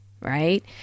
Right